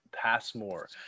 Passmore